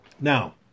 Now